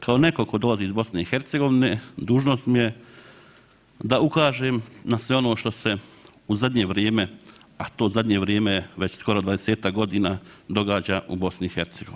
Kao netko tko dolazi iz BiH, dužnost mu je da ukažem na sve ono što se u zadnje vrijeme, a to zadnje vrijeme je već skoro 20-tak godina, događa u BiH.